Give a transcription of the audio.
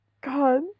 God